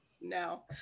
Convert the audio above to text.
No